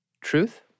truth